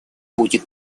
будет